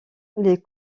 les